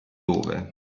dove